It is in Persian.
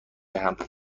دهم